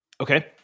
Okay